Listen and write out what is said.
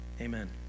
amen